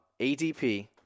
ADP